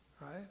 Right